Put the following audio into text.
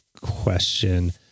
question